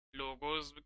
logos